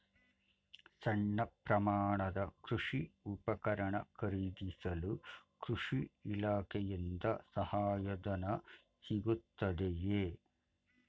ಸಣ್ಣ ಪ್ರಮಾಣದ ಕೃಷಿ ಉಪಕರಣ ಖರೀದಿಸಲು ಕೃಷಿ ಇಲಾಖೆಯಿಂದ ಸಹಾಯಧನ ಸಿಗುತ್ತದೆಯೇ?